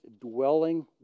dwelling